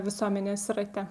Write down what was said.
visuomenės rate